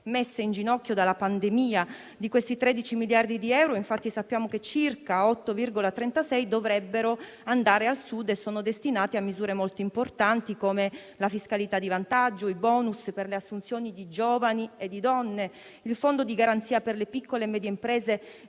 messe in ginocchio dalla pandemia. Di questi 13 miliardi di euro, infatti, sappiamo che circa 8,36 dovrebbero andare al Sud e sono destinati a misure molto importanti, come la fiscalità di vantaggio, i *bonus* per le assunzioni di giovani e donne, il fondo di garanzia per le piccole e medie imprese